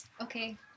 okay